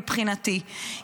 מבחינתי,